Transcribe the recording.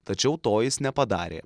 tačiau to jis nepadarė